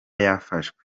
yafashwe